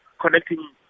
connecting